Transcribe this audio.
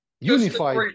unified